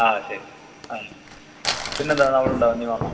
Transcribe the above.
ആ ശരി പിന്നെയെന്താ നമ്മള്ളുണ്ടാവും നീ വന്നോ